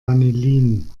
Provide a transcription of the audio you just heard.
vanillin